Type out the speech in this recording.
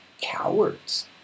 Cowards